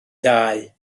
ddau